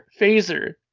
phaser